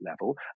level